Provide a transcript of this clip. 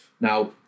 Now